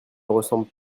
ressemble